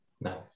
Nice